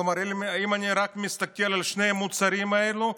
כלומר, אם אני רק מסתכל על שני המוצרים האלה,